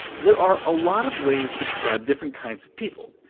there are a lot of ways to describe different kinds of people.